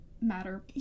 Matter